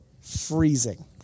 freezing